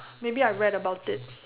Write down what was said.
maybe I read about it